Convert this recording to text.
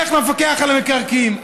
לך למפקח על המקרקעין.